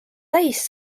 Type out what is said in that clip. täis